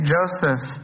Joseph